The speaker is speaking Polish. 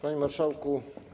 Panie Marszałku!